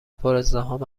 پرازدحام